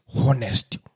honest